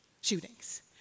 shootings